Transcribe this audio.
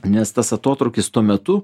nes tas atotrūkis tuo metu